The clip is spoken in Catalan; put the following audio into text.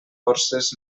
forces